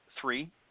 three